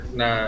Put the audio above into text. na